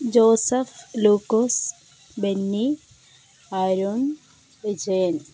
Joseph Lukose Benny Arun Vijayan